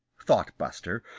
thought buster,